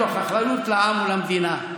מתוך אחריות לעם ולמדינה,